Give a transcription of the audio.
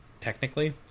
technically